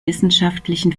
wissenschaftlichen